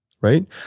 right